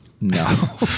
No